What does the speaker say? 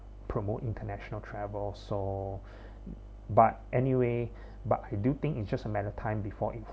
promote international travel so but anyway but I do think it's just a matter of time before it